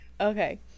Okay